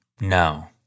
No